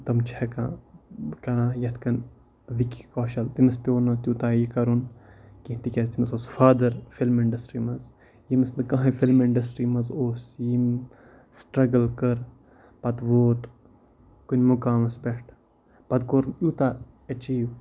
تِم چھِ ہٮ۪کان کَران یَتھ کٔنۍ وِکی کوشَل تٔمِس پیٚو نہٕ تیوٗتاہ یہِ کَرُن کینٛہہ تِکیٛازِ تٔمِس اوس فادَر فِلم اِنڈَسٹِرٛی منٛز ییٚمِس نہٕ کانٛہہ ہَے فِلم اِنڈَسٹِرٛی منٛز اوس یِم سٹرٛگٕل کٔر پَتہٕ ووت کُنہِ مُقامَس پٮ۪ٹھ پَتہٕ کوٚر یوٗتاہ ایچیٖو